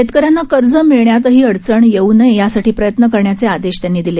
शेतकऱ्यांना कर्ज मिळण्यातही अडचणी येऊ नये यासाठी प्रयत्न करण्याचे आदेशही त्यांनी दिले